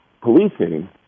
policing